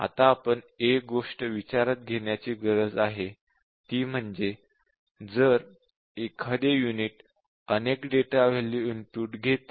आता आपण एक गोष्ट विचारात घेण्याची गरज आहे ती म्हणजे जर एखादे युनिट अनेक डेटा व्हॅल्यू इनपुट घेते